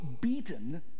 beaten